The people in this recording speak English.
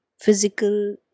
physical